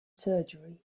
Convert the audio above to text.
surgery